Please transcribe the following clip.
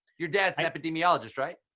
your dad is an epidemiologist, right?